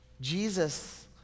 Jesus